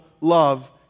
love